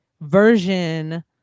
version